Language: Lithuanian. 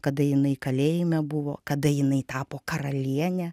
kada jinai kalėjime buvo kada jinai tapo karaliene